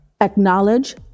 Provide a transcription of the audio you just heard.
acknowledge